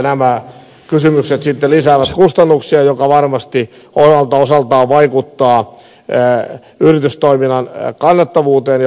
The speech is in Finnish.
nämä kysymykset sitten lisäävät kustannuksia mikä varmasti omalta osaltaan vaikuttaa yritystoiminnan kannattavuuteen ja houkuttelevuuteen